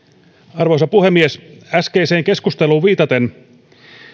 arvoisa puhemies äskeiseen keskusteluun viitaten